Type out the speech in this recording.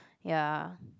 ya